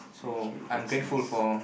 okay that's nice